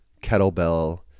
Kettlebell